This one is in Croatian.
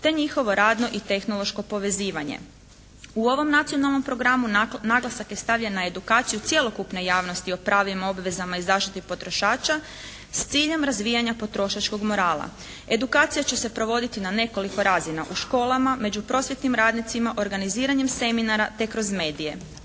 te njihovo radno i tehnološko povezivanje. U ovom nacionalnom programu naglasak je stavljen na edukaciju cjelokupne javnosti o pravima, obvezama i zaštiti potrošača s ciljem razvijanja potrošačkog morala. Edukacija će se provoditi na nekoliko razina u školama, među prosvjetnim radnicima, organiziranjem seminara te kroz medije.